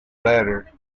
better